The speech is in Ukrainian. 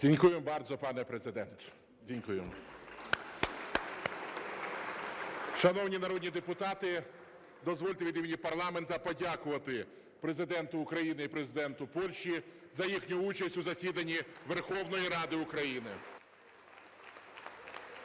(Вислів польською мовою) Шановні народні депутати, дозвольте від мені парламенту подякувати Президенту України і Президенту Польщі за їхню участь у засіданні Верховної Ради України.